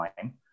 time